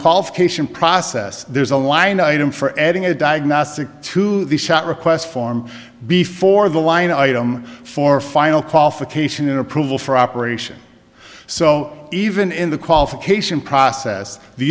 qualification process there's a line item for adding a diagnostic to the shot request form before the line item for final qualification approval for operation so even in the qualification process the